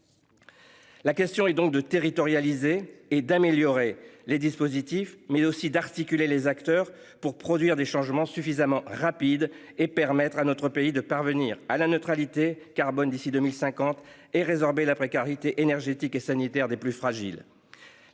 La question est donc de territorialisées et d'améliorer les dispositifs mais aussi d'articuler les acteurs pour produire des changements suffisamment rapide et permettre à notre pays de parvenir à la neutralité carbone d'ici 2050 et résorber la précarité énergétique et sanitaire des plus fragiles.